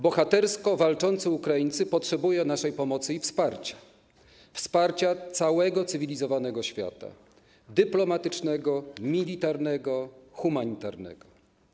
Bohatersko walczący Ukraińcy potrzebują naszej pomocy i wsparcia, wsparcia całego cywilizowanego świata: dyplomatycznego, militarnego, humanitarnego.